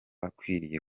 bakwiriye